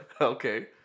Okay